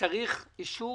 שפשוט הם עוד לא נחשפו